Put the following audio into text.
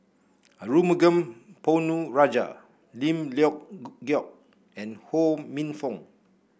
Arumugam Ponnu Rajah Lim Leong Geok and Ho Minfong